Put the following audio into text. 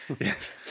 yes